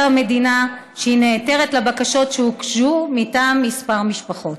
המדינה שהיא נעתרת לבקשות שהוגשו מטעם כמה משפחות.